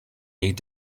need